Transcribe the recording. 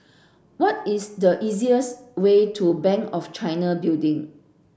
what is the easiest way to Bank of China Building